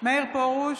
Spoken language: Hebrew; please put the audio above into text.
מאיר פרוש,